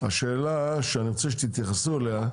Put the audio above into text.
השאלה שאני רוצה שתתייחסו אליה,